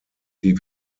die